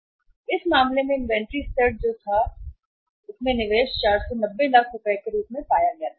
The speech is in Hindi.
तो इस मामले में इन्वेंट्री स्तर जो या था इन्वेंट्री स्तर में निवेश 490 लाख के रूप में पाया गया था